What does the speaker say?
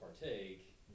partake